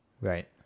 Right